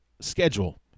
schedule